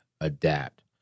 adapt